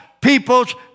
people's